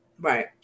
right